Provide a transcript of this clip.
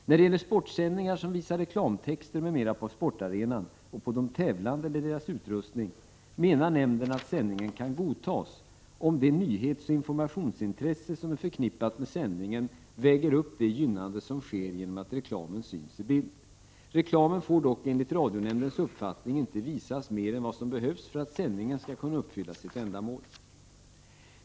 När det gäller sportsändningar som visar reklamtexter m.m. på sportarenan och på de tävlande eller deras utrustning menar nämnden att sändningen kan godtas, om det nyhetsoch informationsintresse som är förknippat med sändningen väger upp det gynnande som sker genom att reklamen syns i bild. Reklamen får dock enligt radionämndens uppfattning inte visas mer än vad som behövs för att sändningen skall kunna uppfylla sitt ändamål.